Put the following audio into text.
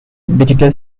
digital